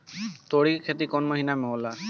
तोड़ी के खेती कउन महीना में होला?